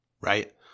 Right